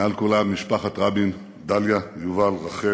מעל כולם, משפחת רבין, דליה, יובל, רחל,